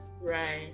Right